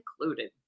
included